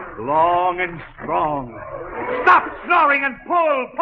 long and strong stop, sorry and pull